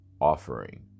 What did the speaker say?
offering